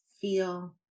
feel